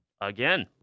again